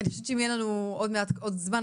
אז אני חושבת שאם יהיה לנו עוד מעט קצת יותר זמן.